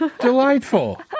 Delightful